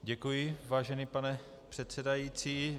Děkuji, vážený pane předsedající.